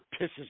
pisses